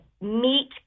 meet